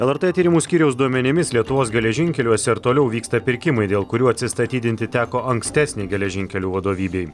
lrt tyrimų skyriaus duomenimis lietuvos geležinkeliuose ir toliau vyksta pirkimai dėl kurių atsistatydinti teko ankstesnei geležinkelių vadovybei